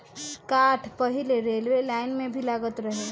काठ पहिले railway line में भी लागत रहे